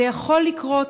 זה יכול לקרות.